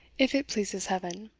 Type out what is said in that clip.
if it pleases heaven.